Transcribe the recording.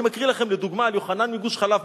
אני מקריא לכם לדוגמה מה הוא כותב על יוחנן מגוש-חלב: